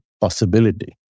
possibility